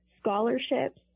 scholarships